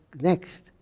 next